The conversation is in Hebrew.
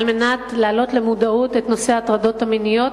על מנת להעלות למודעות את נושא ההטרדות המיניות,